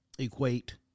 Equate